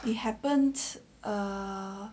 it happens err